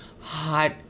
hot